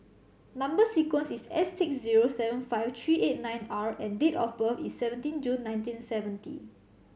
number sequence is S six zero seven five three eight nine R and date of birth is seventeen June nineteen seventy